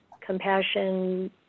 compassion